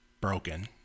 broken